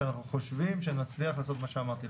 ושאנחנו חושבים שנצליח לעשות מה שאמרתי,